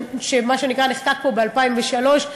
שנחקק פה ב-2003,